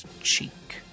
cheek